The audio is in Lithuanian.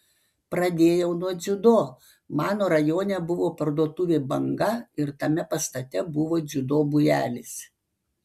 pradėjau nuo dziudo mano rajone buvo parduotuvė banga ir tame pastate buvo dziudo būrelis